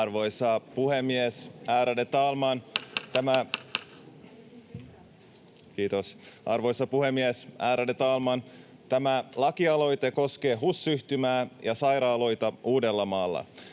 Arvoisa puhemies, ärade talman! Tämä lakialoite koskee HUS-yhtymää ja sairaaloita Uudellamaalla.